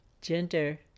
gender